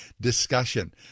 discussion